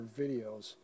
videos